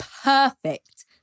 perfect